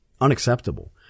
unacceptable